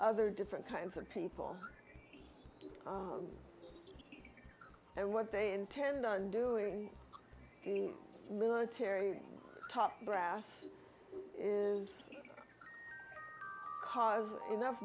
other different kinds of people and what they intend on doing the military top brass is cause enough